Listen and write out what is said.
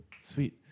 Sweet